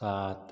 सात